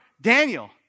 Daniel